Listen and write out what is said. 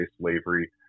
slavery